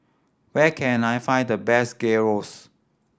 where can I find the best Gyros